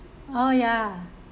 oh ya